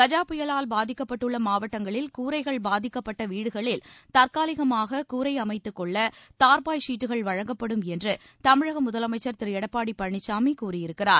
கஜா புயலால் பாதிக்கப்பட்டுள்ள மாவட்டங்களில் கூரைகள் பாதிக்கப்பட்ட வீடுகளில் தற்காலிகமாக கூரை அமைத்து கொள்ள தாா்பாய் வீட் கள் வழங்கப்படும் என்று தமிழக முதலமைச்சா் திரு எடப்பாடி பழனிசாமி கூறியிருக்கிறார்